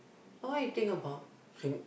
all I think about